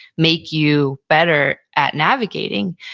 make you better at navigating?